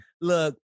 Look